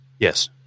Yes